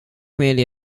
community